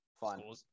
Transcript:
fine